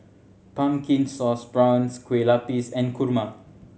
Pumpkin Sauce Prawns Kueh Lapis and kurma